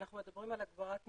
אנחנו מדברים על הגברת מוגנות,